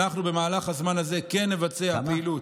במהלך הזמן הזה אנחנו נבצע פעילות,